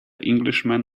englishman